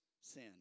sin